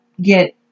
get